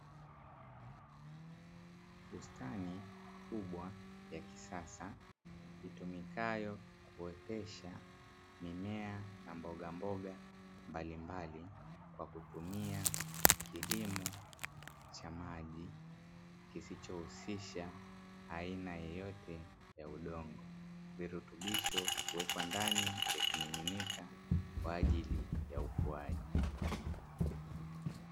Bustani kubwa ya kisasa itumikayo kuotesha mimea ya mbogamboga mbalimbali kwa kutumia kilimo cha maji kisichohusisha aina yoyote ya udongo, virutubisho huwekwa ndani ya kimiminika kwa ajili ya ukuaji.